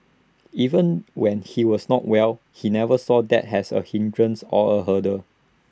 even when he was not well he never saw that as A hindrance or A hurdle